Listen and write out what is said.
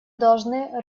должны